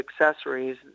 accessories